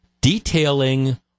detailing